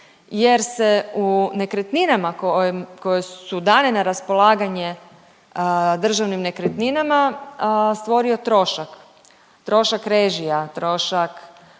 jer se u nekretninama koje su dane na raspolaganje Državnim nekretninama stvorio trošak, trošak režija, trošak